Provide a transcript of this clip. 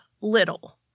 little